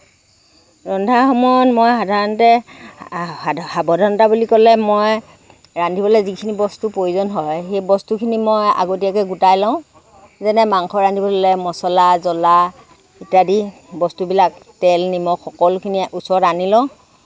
ৰন্ধাৰ সময়ত মই সাধাৰণতে সাৱধানতা বুলি ক'লে মই ৰান্ধিবলৈ যিখনি বস্তু প্ৰয়োজন হয় সেই বস্তুখিনি মই আগতীয়াকৈ গোটাই লওঁ যেনে মাংস ৰান্ধিবলৈ হ'লে মছলা জলা ইত্যাদি বস্তুবিলাক তেল নিমখ সকলোখিনি ওচৰত আনি লওঁ